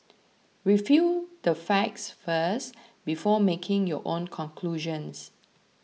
review the facts first before making your own conclusions